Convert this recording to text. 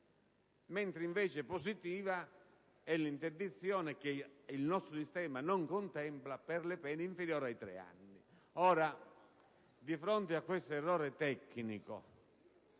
Ritengo invece positiva l'interdizione, che il nostro attuale sistema non contempla, per le pene inferiori ai tre anni. Di fronte a questo errore tecnico